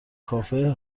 کافه